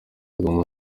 kagame